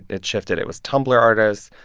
it shifted. it was tumblr artist,